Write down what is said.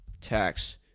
tax